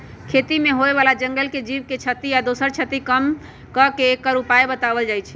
खेती से होय बला जंगल के जीव के क्षति आ दोसर क्षति कम क के एकर उपाय् बतायल जाइ छै